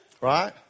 right